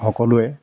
সকলোৱে